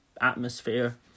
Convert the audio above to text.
atmosphere